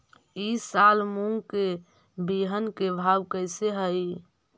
ई साल मूंग के बिहन के भाव कैसे हई?